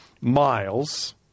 miles